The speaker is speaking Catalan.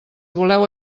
voleu